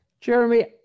Jeremy